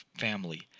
family